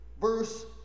Verse